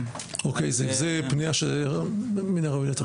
זאת פנייה שמן הראוי לטפל בה.